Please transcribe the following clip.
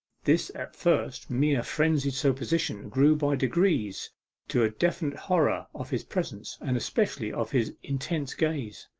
this at first mere frenzied supposition grew by degrees to a definite horror of his presence, and especially of his intense gaze.